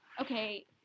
okay